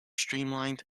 streamlined